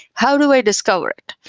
how do i discover it?